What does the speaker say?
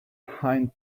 hind